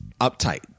Uptight